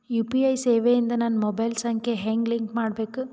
UPI ಸೇವೆ ಇಂದ ನನ್ನ ಮೊಬೈಲ್ ಸಂಖ್ಯೆ ಹೆಂಗ್ ಲಿಂಕ್ ಮಾಡಬೇಕು?